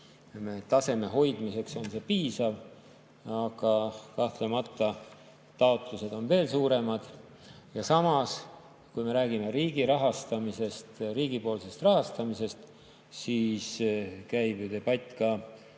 taseme hoidmiseks on see piisav, aga kahtlemata on taotlused suuremad. Samas, kui me räägime riigipoolsest rahastamisest, siis käib ju debatt ka